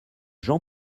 jean